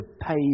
pay